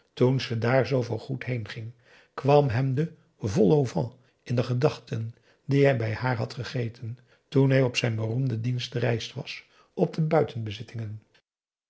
ze daar zoo voor goed heenging kwam hem de vol au vent in de gedachten die hij bij haar had gegeten toen hij op zijn beroemde dienstreis was op de